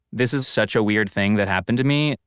this is such a weird thing that happened to me.